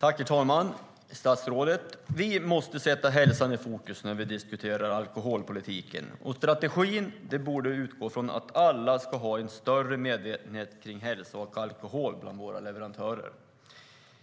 Herr talman! Statsrådet! Vi måste sätta hälsan i fokus när vi diskuterar alkoholpolitiken. Strategin borde utgå från att alla våra leverantörer ska ha större medvetenhet om hälsa och alkohol.